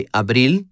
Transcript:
abril